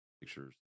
pictures